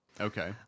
Okay